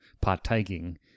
partaking